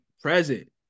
Present